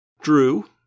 Drew